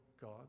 God